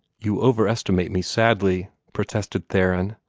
you overestimate me sadly, protested theron,